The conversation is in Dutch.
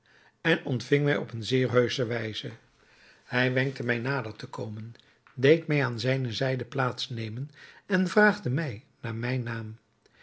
en ontving mij op eene zeer heusche wijze hij wenkte mij nader te komen deed mij aan zijne zijde plaats nemen en vraagde mij naar mijn naam